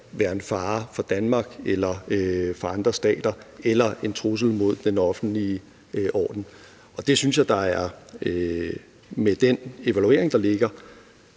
være en fare for Danmark eller for andre stater eller en trussel mod den offentlige orden, og det synes jeg der med den evaluering, der ligger,